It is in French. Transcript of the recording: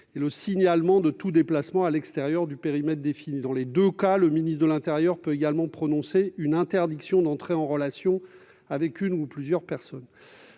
et signalement de tout déplacement à l'extérieur du périmètre défini. Dans les deux cas, le ministre de l'intérieur peut également prononcer une interdiction d'entrer en relation avec une ou plusieurs personnes.